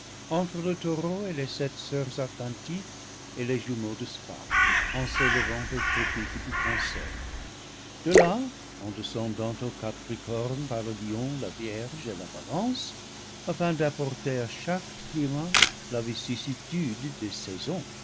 entre le taureau et les sept soeurs atlantiques et les jumeaux de sparte en s'élevant au tropique du cancer de là en descendant au capricorne par le lion la vierge et la balance afin d'apporter à chaque climat la vicissitude des saisonr